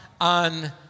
on